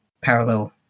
parallel